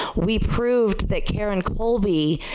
we proved that karen colby,